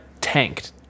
tanked